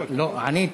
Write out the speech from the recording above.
עניתי.